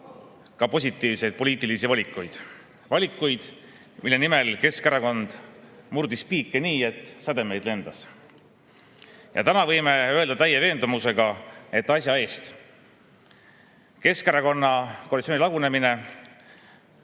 ka positiivseid poliitilisi valikuid – valikuid, mille nimel Keskerakond murdis piike nii, et sädemeid lendas. Täna võime öelda täie veendumusega, et asja eest. Keskerakonnaga koalitsiooni lagunemine